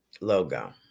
Logo